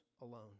alone